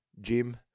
Jim